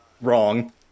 Wrong